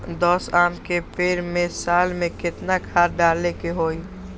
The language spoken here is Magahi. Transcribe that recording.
दस आम के पेड़ में साल में केतना खाद्य डाले के होई?